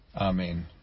Amen